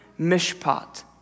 mishpat